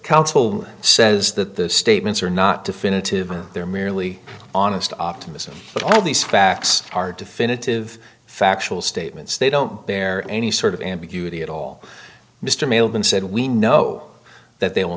council says that the statements are not definitive they're merely honest optimism but all these facts are definitive factual statements they don't bear any sort of ambiguity at all mr mailed and said we know that they will